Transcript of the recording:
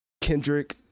Kendrick